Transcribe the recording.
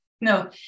No